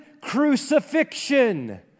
crucifixion